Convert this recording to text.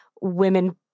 women